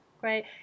great